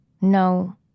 No